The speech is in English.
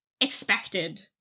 expected